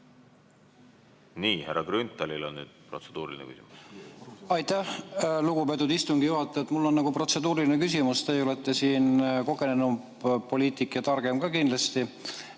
Nii, härra Grünthalil on nüüd protseduuriline küsimus. Aitäh, lugupeetud istungi juhataja! Mul on protseduuriline küsimus. Teie olete siin kogenum poliitik ja targem ka kindlasti.